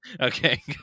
Okay